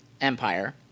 Empire